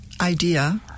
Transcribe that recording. idea